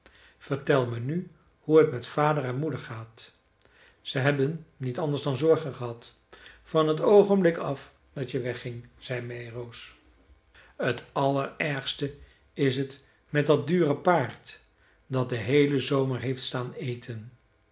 vertel me nu hoe t met vader en moeder gaat ze hebben niet anders dan zorgen gehad van t oogenblik af dat je wegging zei meiroos t allerergste is t met dat dure paard dat den heelen zomer heeft staan eten